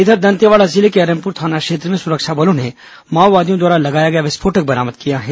इधर दंतेवाड़ा जिले के अरनपुर थाना क्षेत्र में सुरक्षा बलों ने माओवादियों द्वारा लगाया गया विस्फोटक बरामद किया है